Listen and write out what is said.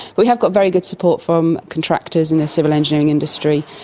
we have got very good support from contractors in the civil engineering industry,